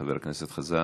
חבר הכנסת חזן,